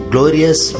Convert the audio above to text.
Glorious